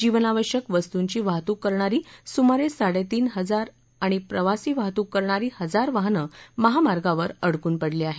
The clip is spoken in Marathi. जीवनाश्यक वस्तूंची वाहतूक करणारी सुमारे साडेतीन हजार आणि प्रवासी वाहतूक करणारी हजार वाहनं महामार्गावर अडकून पडली आहेत